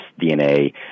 DNA